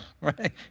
right